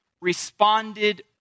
responded